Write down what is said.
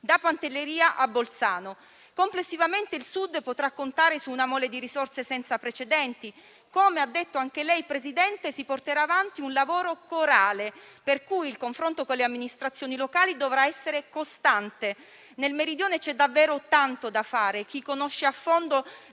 da Pantelleria a Bolzano. Complessivamente il Sud potrà contare su una mole di risorse senza precedenti. Presidente, come ha detto anche lei, si porterà avanti un lavoro corale. Per cui, il confronto con le amministrazioni locali dovrà essere costante. Nel Meridione c'è davvero tanto da fare. Chi conosce a fondo